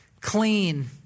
clean